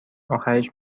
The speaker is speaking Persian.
آخرش